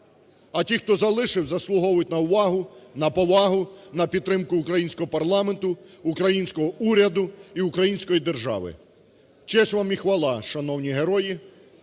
а ті, хто залишилися, заслуговують на увагу, на повагу, на підтримку українського парламенту, українського уряду і української держави. Честь вам і хвала, шановні герої!